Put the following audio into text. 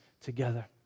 together